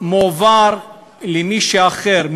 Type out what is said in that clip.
מועבר למישהו אחר,